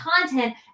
content